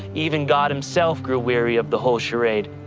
even god himself grew weary of the whole charade,